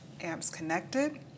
ampsconnected